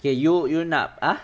K you you nak ah